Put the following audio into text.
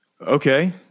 Okay